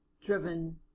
driven